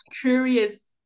curious